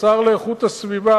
השר לאיכות הסביבה,